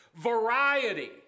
variety